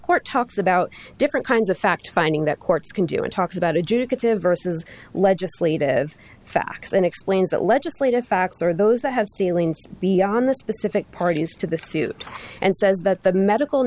court talks about different kinds of fact finding that courts can do and talks about adjudicative versus legislative facts and explains that legislative facts are those that have dealings beyond the specific parties to the suit and says that the medical